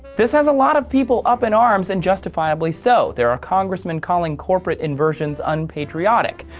this has a lot of people up in arms. and justifiably so. there are congressmen calling corporate inversions un-patriotic.